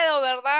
¿verdad